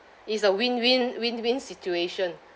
is a win win win win situation